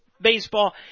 baseball